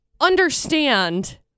understand